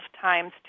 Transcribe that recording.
times